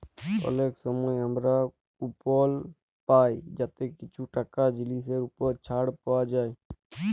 অলেক সময় আমরা কুপল পায় যাতে কিছু টাকা জিলিসের উপর ছাড় পাউয়া যায়